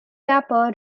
rapper